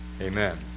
amen